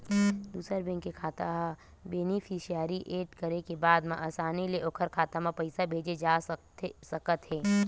दूसर बेंक के खाता ह बेनिफिसियरी एड करे के बाद म असानी ले ओखर खाता म पइसा भेजे जा सकत हे